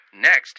Next